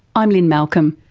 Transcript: i'm lynne malcolm.